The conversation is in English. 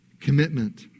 commitment